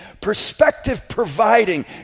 perspective-providing